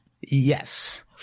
yes